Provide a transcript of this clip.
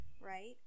Right